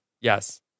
Yes